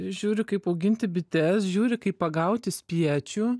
žiūriu kaip auginti bites žiūriu kaip pagauti spiečių